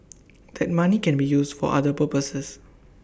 that money can be used for other purposes